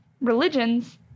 religions